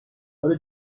هارو